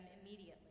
immediately